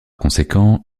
conséquent